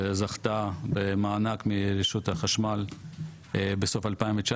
זכתה במענק מרשות החשמל בסוף 2019,